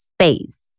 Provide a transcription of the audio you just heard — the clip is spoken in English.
space